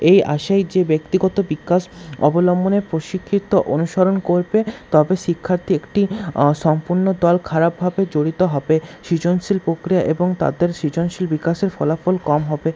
এই আশায় যে ব্যক্তিগত বিকাশ অবলম্বনে প্রশিক্ষিত অনুসরণ করবে তবে শিক্ষার্থী একটি সম্পূর্ণ দল খারাপভাবে জড়িত হবে সৃজনশীল প্রক্রিয়া এবং তাদের সৃজনশীল বিকাশের ফলাফল কম হবে